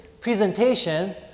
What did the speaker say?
presentation